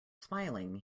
smiling